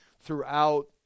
throughout